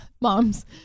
moms